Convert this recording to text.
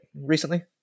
recently